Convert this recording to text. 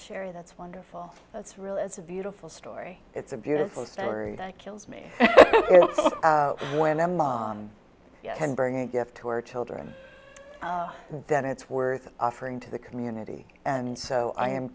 cheri that's wonderful that's really it's a beautiful story it's a beautiful story that kills me when i'm on can bring a gift to our children then it's worth offering to the community and so i am